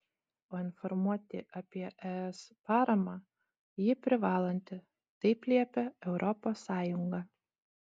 o informuoti apie es paramą ji privalanti taip liepia europos sąjunga